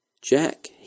Jack